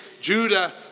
Judah